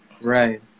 Right